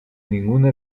ninguna